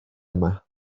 yma